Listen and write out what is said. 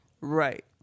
Right